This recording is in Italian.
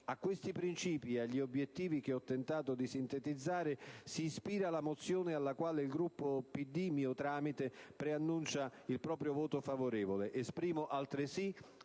A questi principi e agli obiettivi che ho tentato di sintetizzare si ispira la mozione alla quale il Gruppo del PD, mio tramite, annuncia il proprio voto favorevole. Esprimo altresì